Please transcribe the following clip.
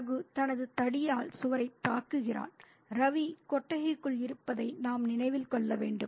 ரகு தனது தடியால் சுவரைத் தாக்குகிறான் ரவி கொட்டகைக்குள் இருப்பதை நாம் நினைவில் கொள்ள வேண்டும்